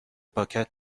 پاکت